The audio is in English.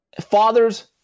father's